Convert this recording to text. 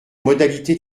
modalités